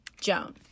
Joan